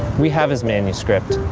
we have his manuscript.